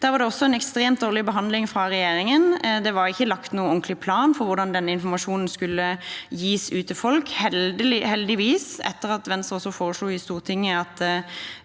Der var det også en ekstremt dårlig behandling fra regjeringen. Det var ikke lagt noen ordentlig plan for hvordan denne informasjonen skulle gis ut til folk. Heldigvis – etter at Venstre også foreslo i Stortinget at